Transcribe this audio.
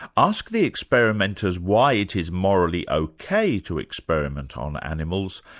ask the experimenters why it is morally ok to experiment on animals,